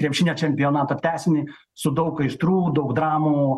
krepšinio čempionato tęsinį su daug aistrų daug dramų